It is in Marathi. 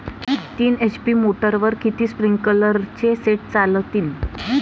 तीन एच.पी मोटरवर किती स्प्रिंकलरचे सेट चालतीन?